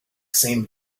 same